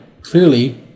clearly